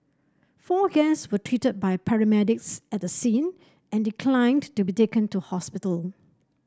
four guest were treated by paramedics at the scene and declined to be taken to hospital